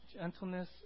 Gentleness